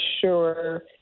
sure